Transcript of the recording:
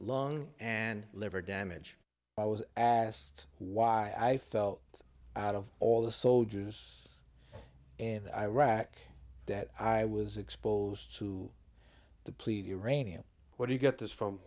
long and liver damage i was asked why i felt out of all the soldiers in iraq that i was exposed to depleted uranium where do you get this from